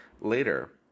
later